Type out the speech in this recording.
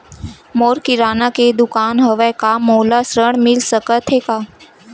मोर किराना के दुकान हवय का मोला ऋण मिल सकथे का?